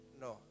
no